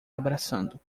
abraçando